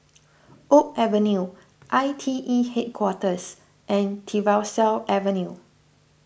Oak Avenue I T E Headquarters and Tyersall Avenue